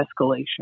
escalation